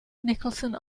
nicholson